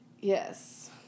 Yes